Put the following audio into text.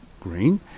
green